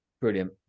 brilliant